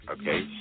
okay